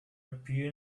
appear